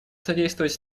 содействовать